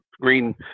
green